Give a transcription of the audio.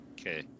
Okay